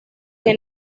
que